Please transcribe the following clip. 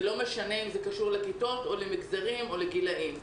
וזה לא קשור לכיתות, למגזרים או לגילאים.